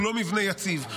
הוא לא מבנה יציב.